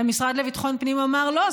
והמשרד לביטחון פנים אמר: לא,